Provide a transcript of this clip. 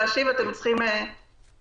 הכניסה לישראל וגם בחקיקה שנוגעת לקנביס,